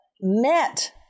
met